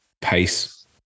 pace